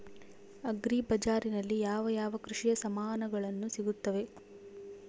Agri ಬಜಾರಿನಲ್ಲಿ ಯಾವ ಯಾವ ಕೃಷಿಯ ಸಾಮಾನುಗಳು ಸಿಗುತ್ತವೆ?